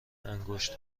انگشت